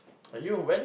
and you when